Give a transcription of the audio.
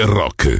rock